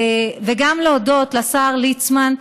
וגם להודות לשר ליצמן,